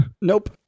nope